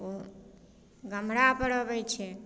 ओ गम्हरापर अबै छै